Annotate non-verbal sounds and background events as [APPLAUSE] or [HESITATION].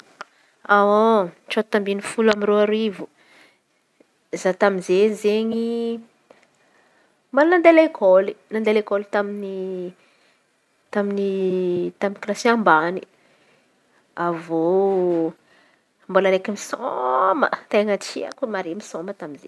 [HESITATION] Tsota ambiny folo amy aroa arivo, za tamizey izen̈y mbola nande lekôly. Nande lekôly tamin'ny tamin'ny kilasy ambany avy eo mbola raiky misôma ten̈a tiako nande nisôma tamy izen̈y.